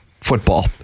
football